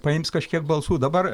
paims kažkiek balsų dabar